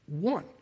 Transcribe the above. one